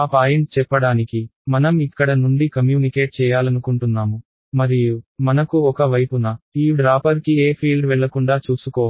ఆ పాయింట్ చెప్పడానికి మనం ఇక్కడ నుండి కమ్యూనికేట్ చేయాలనుకుంటున్నాము మరియు మనకు ఒక వైపున ఈవ్డ్రాపర్కి ఏ ఫీల్డ్ వెళ్ళకుండా చూసుకోవాలి